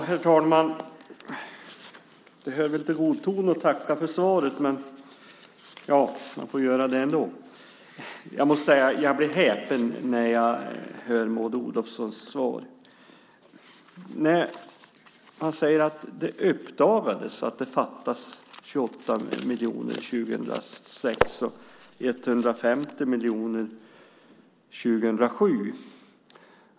Herr talman! Det hör väl till god ton att tacka för svaret, så jag får väl göra det. Men jag måste säga att jag blir häpen när jag hör Maud Olofssons svar. Hon säger att det uppdagades att det fattades 28 miljoner 2006 och 150 miljoner 2007.